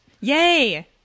Yay